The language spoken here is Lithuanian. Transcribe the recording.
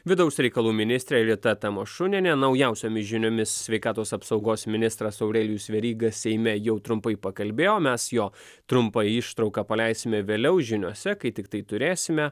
vidaus reikalų ministrė rita tamašunienė naujausiomis žiniomis sveikatos apsaugos ministras aurelijus veryga seime jau trumpai pakalbėjo mes jo trumpą ištrauką paleisime vėliau žiniose kai tiktai turėsime